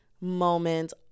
moment